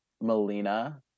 Melina